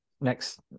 next